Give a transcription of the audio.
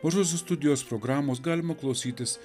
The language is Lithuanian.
mažosios studijos programos galima klausytis